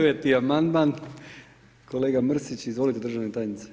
9 amandman, kolega Mrsić, izvolite državna tajnice.